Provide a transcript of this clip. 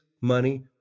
money